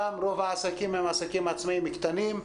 שם רוב העסקים הם עסקים עצמאים קטנים.